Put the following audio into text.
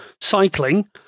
cycling